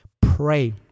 pray